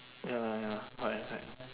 ya lah ya correct correct